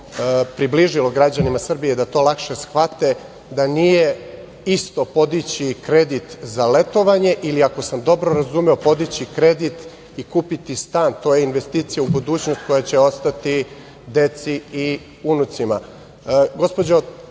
bi se to približilo građanima Srbije da to lakše shvate, da nije isto podići kredit za letovanje ili, ako sam dobro razumeo, podići kredit i kupiti stan, jer je to je investicija u budućnost koja će ostati deci i unucima. Gospođo